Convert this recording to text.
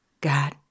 God